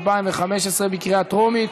בקריאה טרומית.